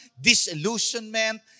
disillusionment